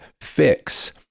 fix